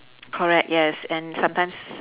correct yes and sometimes